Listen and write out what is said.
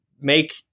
make